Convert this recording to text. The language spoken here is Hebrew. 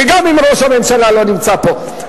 וגם אם ראש הממשלה לא נמצא פה,